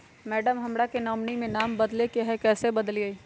madam, हमरा के nominee में नाम बदले के हैं, कैसे बदलिए